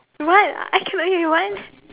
what I can't wait what you want